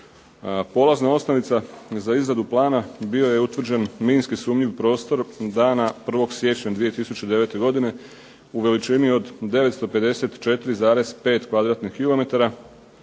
Polazna osnovica za izradu plana bio je utvrđen minski sumnjiv prostor dana 1. siječnja 2009. godine u veličini od 954,5 km2